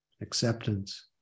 acceptance